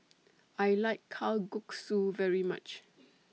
I like Kalguksu very much